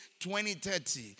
2030